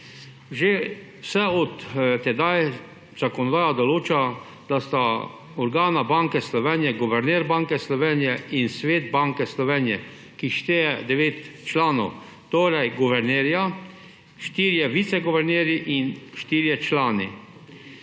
Že vse od tedaj zakonodaja določa, da sta organa Banke Slovenije guverner Banke Slovenije in Svet Banke Slovenije, ki šteje devet članov, torej guvernerja, štiri viceguvernerje in štiri člane,